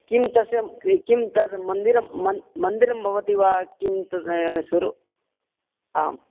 किं तस्य किं तस्य मन्दिर मन्दिरं भवति वा किं तद् स्वरु आम्